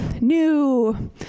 new